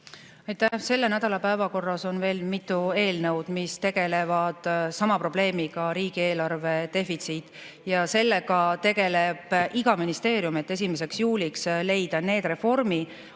Selle nädala päevakorras on veel mitu eelnõu, mis tegelevad sama probleemiga – riigieelarve defitsiit –, ja sellega tegeleb iga ministeerium, et 1. juuliks leida need reformi‑,